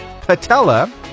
patella